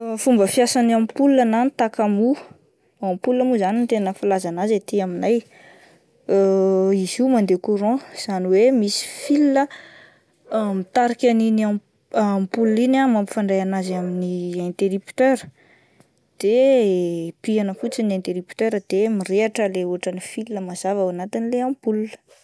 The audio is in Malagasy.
Ny fomba fiasan'ny ampola na ny takamoa, ampola mo zany no tena filaza azy aty aminay, izy io mande courant izany hoe misy fil ah mitarika ny iny a-ampoala iny ah mampifandray azy amin'ny interipteur de pihina fotsiny ny interipteur de mirehitra ilay ohatran'ny fil mazava ao anatin'ilay ampola.